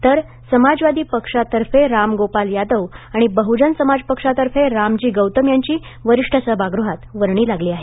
तर समाजवादी पक्षातर्फे राम गोपाल यादव आणि बहुजन समाज पक्षातर्फे रामजी गौतम यांची वरिष्ठ सभागृहात वर्णी लागली आहे